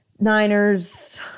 Niners